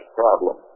problem